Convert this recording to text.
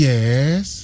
Yes